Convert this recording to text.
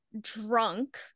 drunk